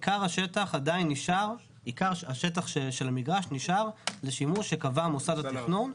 עיקר השטח של המגרש נשאר לשימוש שקבע מוסד התכנון,